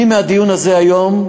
אני מהדיון הזה היום,